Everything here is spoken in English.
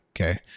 Okay